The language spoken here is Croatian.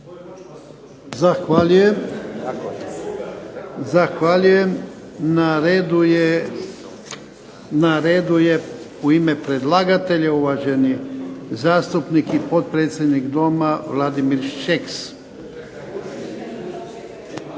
Ivan (HDZ)** Zahvaljujem. Na redu je u ime predlagatelja uvaženi zastupnik i potpredsjednik Doma Vladimir Šeks.